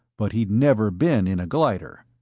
but he'd never been in a glider.